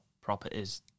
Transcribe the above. properties